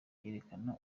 yerekana